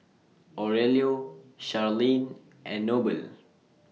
Aurelio Sharleen and Noble